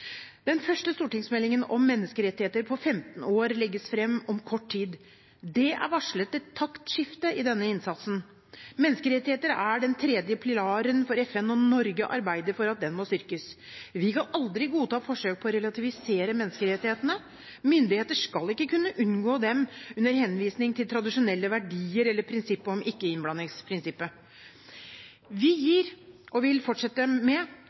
Den første stortingsmeldingen om menneskerettigheter på 15 år legges fram om kort tid. Det er varslet et taktskifte i denne innsatsen. Menneskerettigheter er den tredje pilaren for FN, og Norge arbeider for at den må styrkes. Vi kan aldri godta forsøk på å relativisere menneskerettighetene. Myndigheter skal ikke kunne omgå dem under henvisning til tradisjonelle verdier eller prinsippet om ikke-innblanding. Vi gir – og vil fortsette med